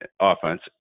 offense